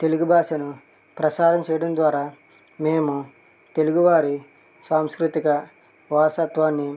తెలుగు భాషను ప్రసారం చేయడం ద్వారా మేము తెలుగువారి సాంస్కృతిక వారసత్వాన్ని